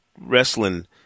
wrestling